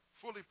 fully